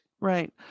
Right